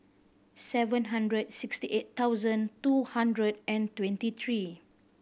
seven hundred sixty eight thousand two hundred and twenty three